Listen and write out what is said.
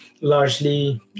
Largely